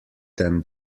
than